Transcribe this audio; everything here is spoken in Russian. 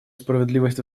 справедливость